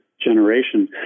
generation